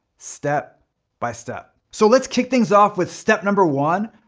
step by step. so let's kick things off with step number one,